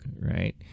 right